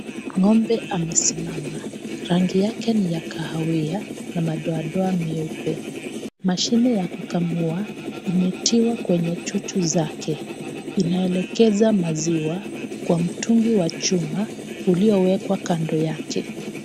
Ng'ombe amesimama, rangi yake ni ya kahawia na madoadoa meupe. Mashine ya kukamua imetiwa kwenye chuchu zake. Inaelekezwa maziwa kwa mtungi wa chuma uliowekwa kando yake.